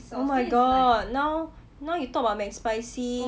my god now now you talk about mcspicy